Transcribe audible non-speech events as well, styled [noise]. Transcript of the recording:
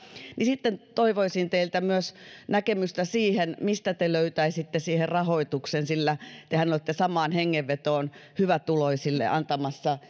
niin sitten toivoisin teiltä näkemystä myös siihen mistä te löytäisitte siihen rahoituksen sillä tehän olette samaan hengenvetoon hyvätuloisille antamassa [unintelligible]